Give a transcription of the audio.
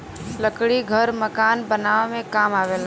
लकड़ी घर मकान बनावे में काम आवेला